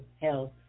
health